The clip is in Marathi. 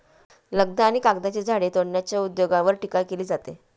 लगदा आणि कागदाच्या झाडे तोडण्याच्या उद्योगावर टीका केली जाते